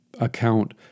account